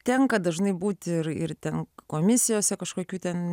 tenka dažnai būti ir ir ten komisijose kažkokiu ten